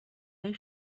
های